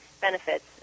benefits